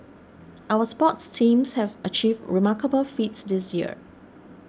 our sports teams have achieved remarkable feats this year